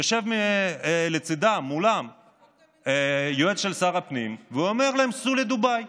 יושב מולם יועץ של שר הפנים ואומר להם: סעו לדובאי.